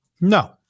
No